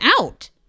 out